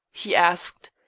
he asked,